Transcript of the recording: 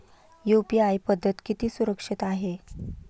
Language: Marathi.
यु.पी.आय पद्धत किती सुरक्षित आहे?